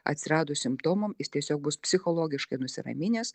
atsiradus simptomam jis tiesiog bus psichologiškai nusiraminęs